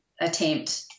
attempt